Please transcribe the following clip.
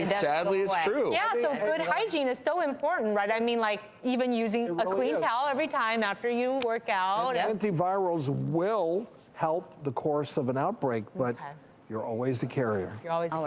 and sadly its true. yeah, so good hygiene is so important, right? i mean like, even using a clean towel every time after you work out. antivirals will help the course of an outbreak but you're always a carrier. you're always a like